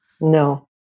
No